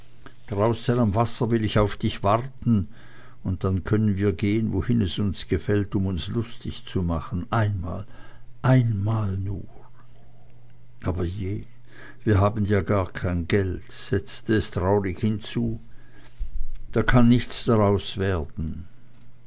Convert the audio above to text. wasser will ich auf dich warten und dann können wir gehen wohin es uns gefällt um uns lustig zu machen einmal einmal nur aber je wir haben ja gar kein geld setzte es traurig hinzu da kann nichts daraus werden